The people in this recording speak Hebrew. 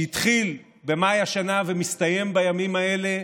שהתחיל במאי השנה ומסתיים בימים האלה,